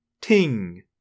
ting